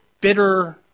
bitter